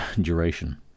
duration